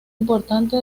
importante